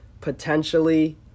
Potentially